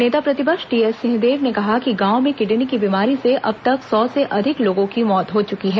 नेता प्रतिपक्ष T S Singhdeo ने कहा कि गांव में किडनी की बीमारी से अब तक सौ से अधिक लोगों की मौत हो चुकी है